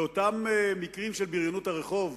באותם מקרים של בריונות הרחוב,